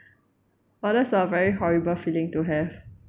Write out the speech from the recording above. !wah! that's a very horrible feeling to have